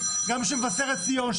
גם של מבשרת ציון,